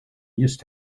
used